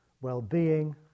well-being